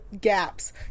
gaps